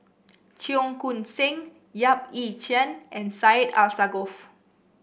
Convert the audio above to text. Cheong Koon Seng Yap Ee Chian and Syed Alsagoff